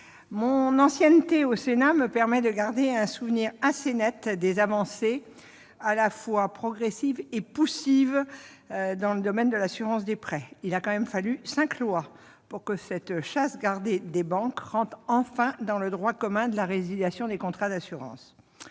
mon ancienneté au Sénat me permet de garder un souvenir assez net des avancées à la fois progressives et poussives dans le domaine de l'assurance des prêts. Il a tout de même fallu cinq lois pour que cette chasse gardée des banques rentre enfin dans le droit commun de la résiliation des contrats d'assurance